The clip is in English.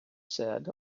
said